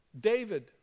David